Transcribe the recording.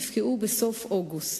יפקעו בסוף אוגוסט.